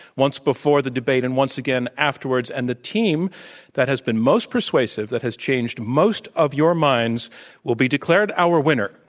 once before the debate and once again afterwards. and the team that has been most persuasive, that has changed most of your minds will be declared our winner.